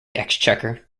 exchequer